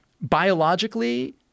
biologically